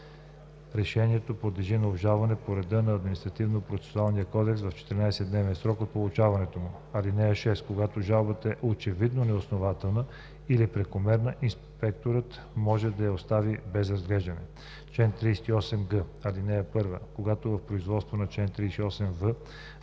Решението подлежи на обжалване по реда на Административнопроцесулния кодекс в 14-дневен срок от получаването му. (6) Когато жалбата е очевидно неоснователна или прекомерна, инспекторът може да я остави без разглеждане. Чл. 38г. (1) Когато в производството по чл.